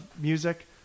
music